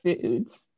foods